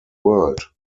world